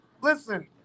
listen